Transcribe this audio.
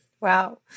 Wow